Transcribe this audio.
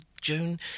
June